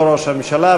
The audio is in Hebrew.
לא ראש הממשלה,